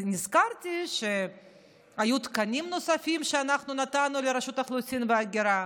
ונזכרתי שהיו תקנים נוספים שאנחנו נתנו לרשות האוכלוסין וההגירה,